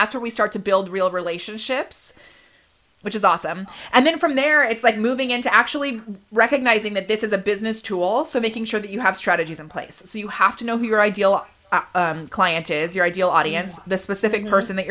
that's where we start to build real relationships which is awesome and then from there it's like moving into actually recognizing that this is a business tool so making sure that you have strategies in place so you have to know who your ideal client is your ideal audience the specific person that